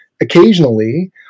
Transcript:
occasionally